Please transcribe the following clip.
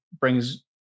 brings